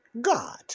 God